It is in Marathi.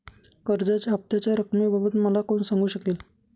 कर्जाच्या हफ्त्याच्या रक्कमेबाबत मला कोण सांगू शकेल?